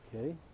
Okay